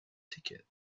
ticket